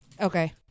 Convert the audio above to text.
Okay